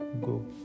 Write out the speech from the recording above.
go